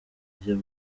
buryo